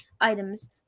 items